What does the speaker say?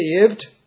saved